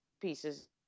pieces